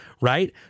right